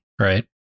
right